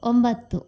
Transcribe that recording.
ಒಂಬತ್ತು